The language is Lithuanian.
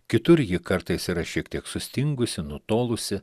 kitur ji kartais yra šiek tiek sustingusi nutolusi